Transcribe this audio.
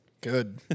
Good